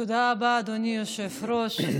תודה רבה, אדוני היושב-ראש.